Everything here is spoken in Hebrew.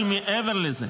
אבל מעבר לזה,